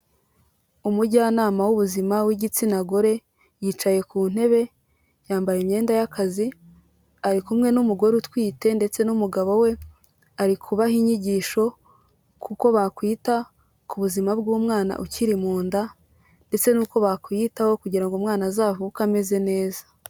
Umujyanama w'ubuzima w'igitsina gore, yicaye ku ntebe, yambaye imyenda y'akazi, ari kumwe n'umugore utwite ndetse n'umugabo we, ari kubaha inyigisho k'uko bakwita ku buzima bw'umwana ukiri mu nda ndetse n'uko bakwiyitaho kugira ngo umwana azavuke ameze neza.